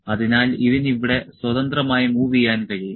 അതിനാൽ ഇതിന് ഇവിടെ സ്വതന്ത്രമായി മൂവ് ചെയ്യാൻ കഴിയും